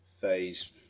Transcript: phase